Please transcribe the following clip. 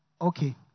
Okay